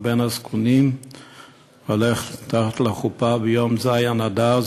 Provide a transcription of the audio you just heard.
ובן הזקונים הולך לחופה ביום ז' אדר,